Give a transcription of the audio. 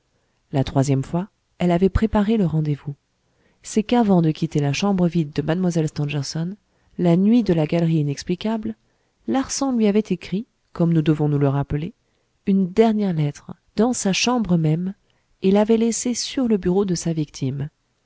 la troisième fois elle avait préparé le rendez-vous c'est qu'avant de quitter la chambre vide de mlle stangerson la nuit de la galerie inexplicable larsan lui avait écrit comme nous devons nous le rappeler une dernière lettre dans sa chambre même et l'avait laissée sur le bureau de sa victime